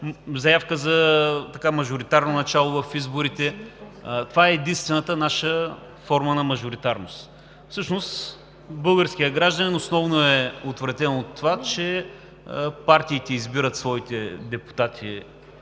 заявка за мажоритарно начало в изборите. Това е единствената наша форма на мажоритарност. Всъщност българският гражданин основно е отвратен от това, че партиите избират своите депутати